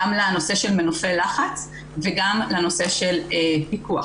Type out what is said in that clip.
גם לנושא של מנופי לחץ וגם לנושא של פיקוח,